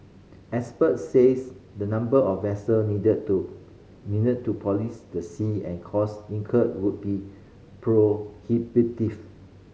experts says the number of vessel needed to needed to police the sea and cost incurred would be prohibitive